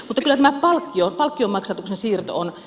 mutta tämä palkkion maksatuksen siirto